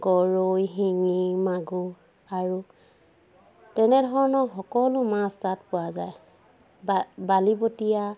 গৰৈ শিঙি মাগুৰ আৰু তেনেধৰণৰ সকলো মাছ তাত পোৱা যায় বা বালিপটীয়া